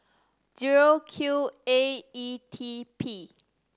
zero Q A E T P